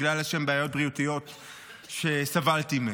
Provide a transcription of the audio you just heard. בגלל איזשהן בעיות בריאותיות שסבלתי מהן.